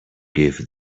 give